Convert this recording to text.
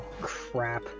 crap